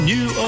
New